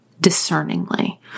discerningly